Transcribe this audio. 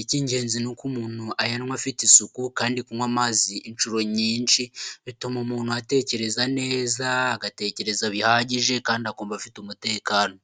Icy'ingenzi ni uko umuntu ayanywa afite isuku, kandi kunywa amazi inshuro nyinshi bituma umuntu atekereza neza, agatekereza bihagije kandi akumva afite umutekano.